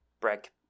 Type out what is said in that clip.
Break